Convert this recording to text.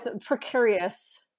precarious